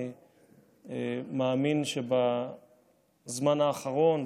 אני מאמין שבזמן האחרון,